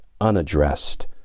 unaddressed